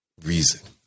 reason